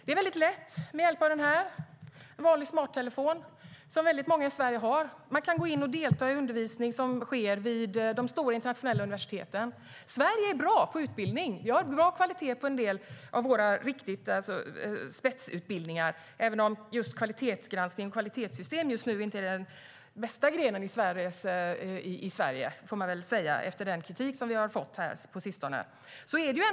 Det är väldigt lätt med hjälp av en vanlig smarttelefon, som väldigt många i Sverige har, att gå in och delta i undervisning som sker vid de stora internationella universiteten. Sverige är bra på utbildning. Vi har bra kvalitet på en del av våra spetsutbildningar, även om kvalitet just nu inte är den bästa grenen i Sverige, får man väl säga efter den kritik som vi har fått på sistone.